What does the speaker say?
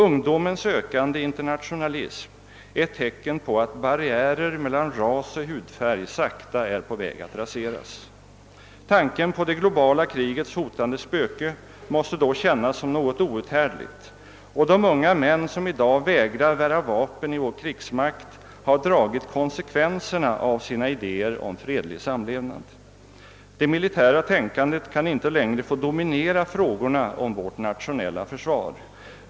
Ungdomens ökande internationalism är ett tecken på att barriärer mellan ras och hudfärg sakta är på väg att raseras. Tanken på det globala krigets hotande spöke måste då kännas som något outhärdligt, och de unga män som i dag vägrar bära vapen i vår krigsmakt har dragit konsekvenserna av sina idéer om fredlig samlevnad. Det militära tänkandet kan inte längre få dominera frågorna om vårt nationella försvar.